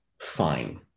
fine